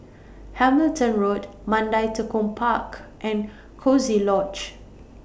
Hamilton Road Mandai Tekong Park and Coziee Lodge